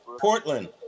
Portland